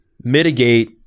mitigate